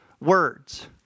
words